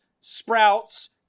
sprouts